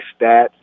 stats